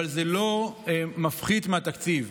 אבל זה לא מפחית מהתקציב,